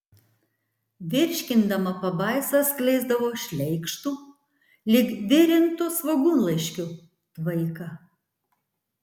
virškindama pabaisa skleisdavo šleikštų lyg virintų svogūnlaiškių tvaiką